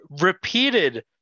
repeated